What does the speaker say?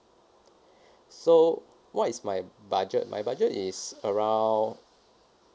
so what is my budget my budget is around